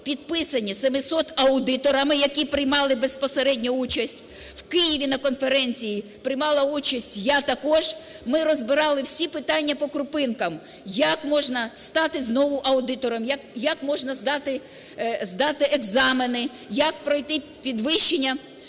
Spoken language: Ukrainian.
підписані 700 аудиторами, які приймали безпосередньо участь. В Києві на конференції приймала участь я також, ми розбирали всі питання по крупинкам: як можна стати знову аудитором, як можна здати, здати екзамени, як пройти підвищення